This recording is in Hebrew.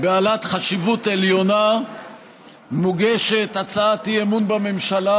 בעלת חשיבות עליונה מוגשת הצעת אי-אמון בממשלה,